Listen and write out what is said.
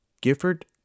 Gifford